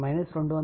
3 var